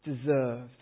deserved